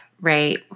right